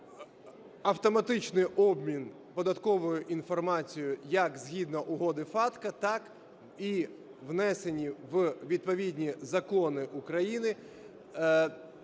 автоматичний обмін податковою інформацією як згідно Угоди FATCA, так і внесенні у відповідні закони України